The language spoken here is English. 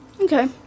Okay